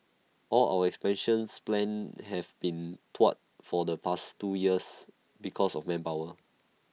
all our expansions plans have been thwarted for the past two years because of manpower